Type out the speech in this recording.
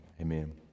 Amen